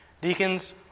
Deacons